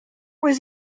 was